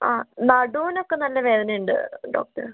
ആ നടുവിനൊക്കെ നല്ല വേദനയുണ്ട് ഡോക്ടർ